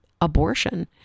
abortion